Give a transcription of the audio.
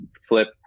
flip